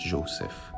Joseph